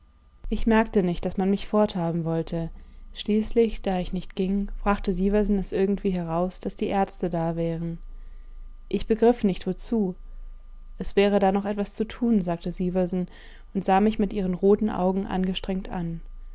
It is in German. ich merkte nicht daß man mich forthaben wollte schließlich da ich nicht ging brachte sieversen es irgendwie heraus daß die ärzte da wären ich begriff nicht wozu es wäre da noch etwas zu tun sagte sieversen und sah mich mit ihren roten augen angestrengt an